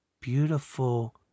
beautiful